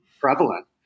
prevalent